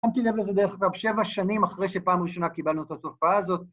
שמתי לב לזה דרך אגב שבע שנים אחרי שפעם ראשונה קיבלנו את התופעה הזאת